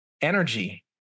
energy